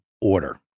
order